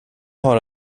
har